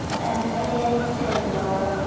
and exhale loudly,